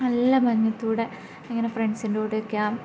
നല്ല മഞ്ഞത്തു കൂടി ഇങ്ങനെ ഫ്രണ്ട്സിൻ്റെ കൂടെയൊക്കെയാണ്